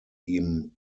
ihm